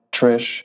Trish